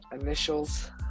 initials